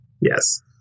Yes